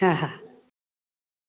हा हा